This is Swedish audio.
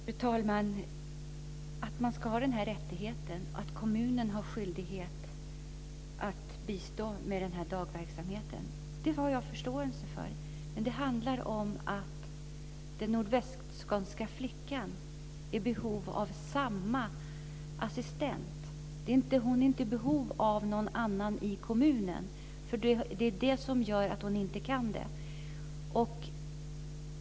Fru talman! Jag har förståelse för att man ska ha rättigheten och att kommunen har skyldigheten att bistå med dagverksamheten. Men det handlar om att den nordvästskånska flickan är i behov av samma assistent. Hon är inte i behov av någon annan i kommunen. Det är det som gör att hon inte kan få bistånd.